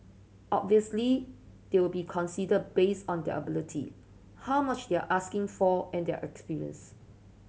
obviously they'll be considered based on their ability how much they are asking for and their experience